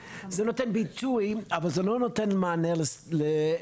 זה נותן ביטוי אבל זה לא נותן מענה לאזרח.